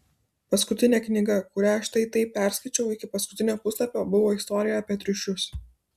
paskutinė knyga kurią štai taip perskaičiau iki paskutinio puslapio buvo istorija apie triušius